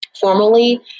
formally